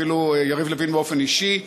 יריב לוין באופן אישי,